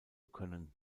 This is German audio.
können